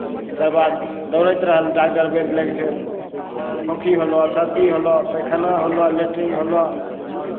ओकर बाद दौड़ैत रहल डागदर वैद्य लग जे खोँखी होलहु सर्दी होलहु पैखाना होलहु लैटरीन होलहु